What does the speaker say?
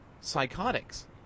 psychotics